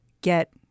get